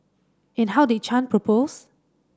and how did Chan propose